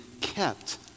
kept